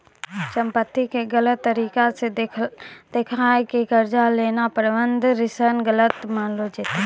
संपत्ति के गलत तरिका से देखाय के कर्जा लेनाय बंधक ऋण गलत मानलो जैतै